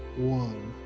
one